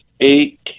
eight